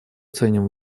ценим